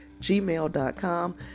gmail.com